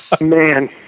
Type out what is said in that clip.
Man